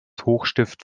hochstift